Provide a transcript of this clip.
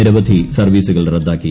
നിരവധി സർവ്വീസ്കുകൾ റദ്ദാക്കി